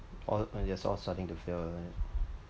all it just all starting to fail